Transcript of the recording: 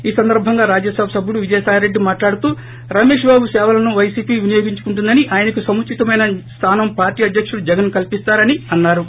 ఈ సందర్బంగా రాజ్యసభ సభ్యుడు విజయసాయిరెడ్డి మాట్లాడుతూ రమేశ్బాబు సేవలను పైసీపీ వినియోగించుకుంటుందని ఆయనకు సముచితమైన స్దానం పార్టీ అధ్యకుడు జగన్ కల్పిస్తారని అన్నా రు